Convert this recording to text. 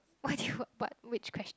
okay but which question